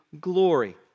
glory